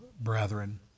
brethren